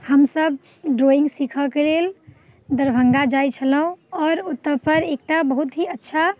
हमसब ड्रॉइङ्ग सीखऽके लेल दरभङ्गा जाइ छलहुँ आओर ओतऽ पर एकटा बहुत ही अच्छा